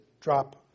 drop